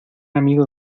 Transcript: amigo